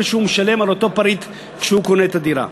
שהוא משלם על אותו פריט כשהוא קונה את הדירה.